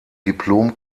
diplom